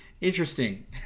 Interesting